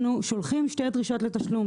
אנחנו שולחים שתי דרישות לתשלום.